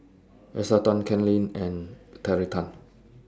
Esther Tan Ken Lim and Terry Tan